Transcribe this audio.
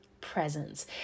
presence